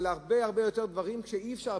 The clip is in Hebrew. אבל הרבה הרבה יותר דברים שאי-אפשר,